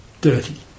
dirty